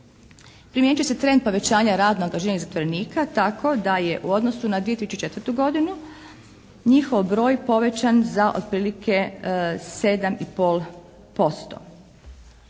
Primijenit će se trend povećanja …/Govornik se ne razumije./… zatvorenika tako da je u odnosu na 2004. godinu njihov broj povećan za otprilike 7,5%.